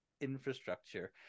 infrastructure